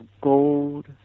gold